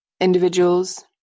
individuals